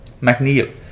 McNeil